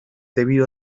debido